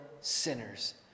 sinners